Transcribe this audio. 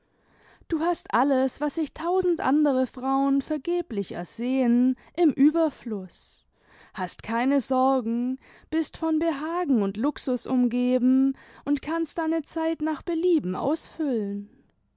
du hast alles was sich tausend andere frauen vergeblich ersehnen im überfluß hast keine sorgen bist von behagen imd luxus umgeben und kannst deine zeit nach belieben ausfüllen